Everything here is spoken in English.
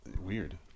weird